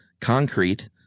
concrete